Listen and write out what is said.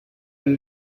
will